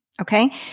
Okay